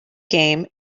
game